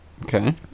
okay